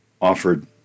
offered